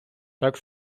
так